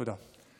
תודה.